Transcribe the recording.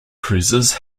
cruisers